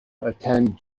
attend